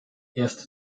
erst